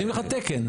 נותנים לך תקן.